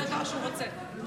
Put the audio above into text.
את האחרונה שאני רוצה לקרוא לה.